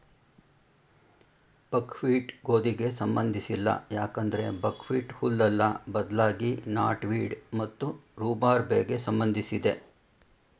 ಬಕ್ wheat ಗೋಧಿಗೆ ಸಂಬಂಧಿಸಿಲ್ಲ ಯಾಕಂದ್ರೆ ಬಕ್ಹ್ವೀಟ್ ಹುಲ್ಲಲ್ಲ ಬದ್ಲಾಗಿ ನಾಟ್ವೀಡ್ ಮತ್ತು ರೂಬಾರ್ಬೆಗೆ ಸಂಬಂಧಿಸಿದೆ